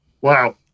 Wow